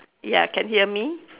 ya can hear me